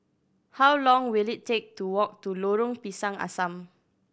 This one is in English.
how long will it take to walk to Lorong Pisang Asam